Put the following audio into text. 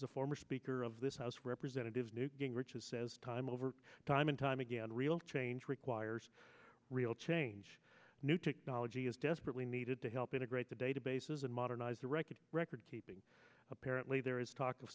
as a former speaker of this house of representatives newt gingrich's says time over time and time again real change requires real change new technology is desperately needed to help integrate the databases and modernize the record record keeping apparently there is talk of